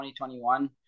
2021